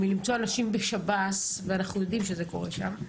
מלמצוא אנשים בשב"ס, ואנחנו יודעים שזה קורה שם.